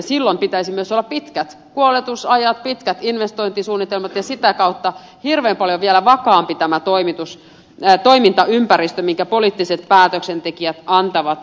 silloin pitäisi myös olla pitkät kuoletusajat pitkät investointisuunnitelmat ja sitä kautta hirveän paljon vielä vakaampi tämä toimintaympäristö minkä poliittiset päätöksentekijät antavat